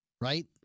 right